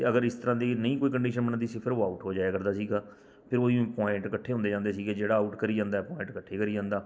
ਅਤੇ ਅਗਰ ਇਸ ਤਰ੍ਹਾਂ ਦੀ ਨਹੀਂ ਕੋਈ ਕੰਡੀਸ਼ਨ ਬਣਦੀ ਸੀ ਫਿਰ ਉਹ ਆਉਟ ਹੋ ਜਾਇਆ ਕਰਦਾ ਸੀਗਾ ਫਿਰ ਉਹ ਹੀ ਪੁਆਇੰਟ ਇਕੱਠੇ ਹੁੰਦੇ ਜਾਂਦੇ ਸੀਗੇ ਜਿਹੜਾ ਆਉਟ ਕਰੀ ਜਾਂਦਾ ਸੀਗਾ ਪੁਆਇੰਟ ਇਕੱਠੇ ਕਰੀ ਜਾਂਦਾ